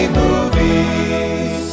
movies